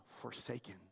forsaken